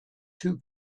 two